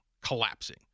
collapsing